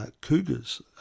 Cougars